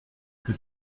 que